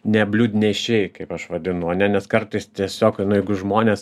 ne bliūdnešiai kaip aš vadinu ane nes kartais tiesiog nu jeigu žmonės